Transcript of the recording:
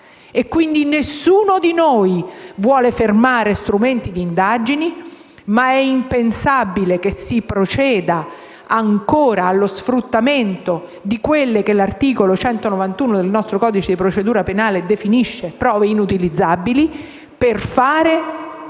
Nessuno di noi vuole fermare strumenti di indagine, ma è impensabile che si proceda ancora allo sfruttamento di quelle che l'articolo 191 del nostro codice di procedura penale definisce prove inutilizzabili per dare